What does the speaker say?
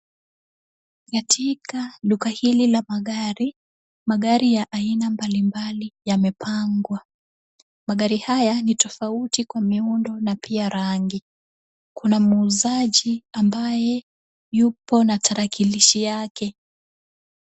Katika duka hili la magari, magari ya aina mbalimbali yamepangwa magari haya ni tofauti kwa miundo na pia rangi, kuna muuzaji ambaye yupo na tarakilishi yake.